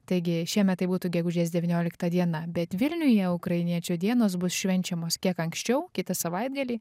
taigi šiemet tai būtų gegužės devyniolikta diena bet vilniuje ukrainiečių dienos bus švenčiamos kiek anksčiau kitą savaitgalį